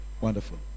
Wonderful